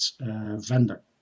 vendor